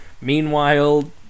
meanwhile